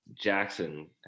Jackson